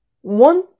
one